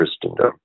Christendom